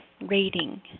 rating